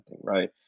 right